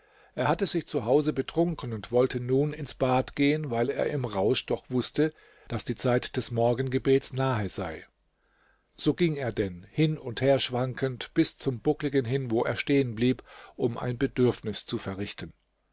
er hatte sich zu hause betrunken und wollte nun ins bad gehen weil er im rausch doch wußte daß die zeit des morgengebets nahe sei so ging er denn hin und her schwankend bis zum buckligen hin wo er stehen blieb um ein bedürfnis zu verrichten